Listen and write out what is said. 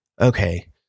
okay